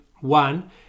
one